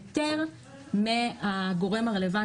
היתר מהגורם הרלוונטי.